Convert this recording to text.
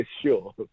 Sure